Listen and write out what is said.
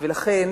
ולכן,